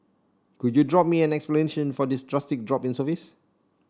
could you drop me an explanation for this drastic drop in service